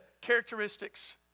characteristics